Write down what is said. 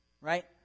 right